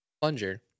plunger